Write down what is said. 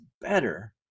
better